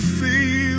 see